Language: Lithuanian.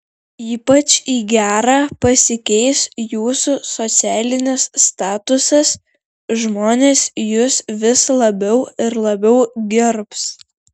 ypač į gerą pasikeis jūsų socialinis statusas žmonės jus vis labiau ir labiau gerbs